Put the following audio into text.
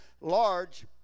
large